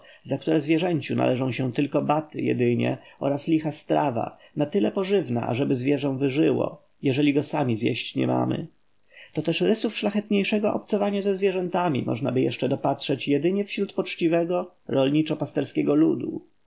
za które zwierzęciu należą się tylko baty jedynie oraz licha strawa na tyle pożywna ażeby zwierzę wyżyło jeżeli go sami zjeść nie mamy to też rysów szlachetniejszego obcowania ze zwierzętami możnaby jeszcze dopatrzeć jedynie wśród poczciwego rolniczo pasterskiego ludu